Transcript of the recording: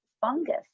fungus